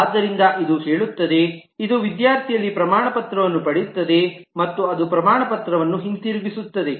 ಆದ್ದರಿಂದ ಇದು ಹೇಳುತ್ತದೆ ಇದು ವಿದ್ಯಾರ್ಥಿಯಲ್ಲಿ ಪ್ರಮಾಣಪತ್ರವನ್ನು ಪಡೆಯುತ್ತದೆ ಮತ್ತು ಅದು ಪ್ರಮಾಣಪತ್ರವನ್ನು ಹಿಂದಿರುಗಿಸುತ್ತದೆ